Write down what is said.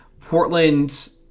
Portland